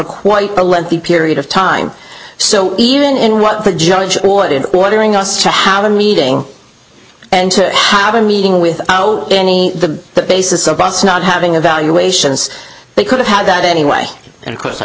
quite a lengthy period of time so even in what the judge ordered ordering us to have a meeting and to have a meeting without any the basis of us not having a valuations they could have had that anyway and of course i